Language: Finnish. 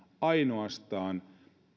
ainoastaan